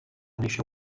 néixer